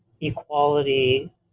equality